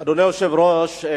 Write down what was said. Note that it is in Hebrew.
אדוני היושב-ראש,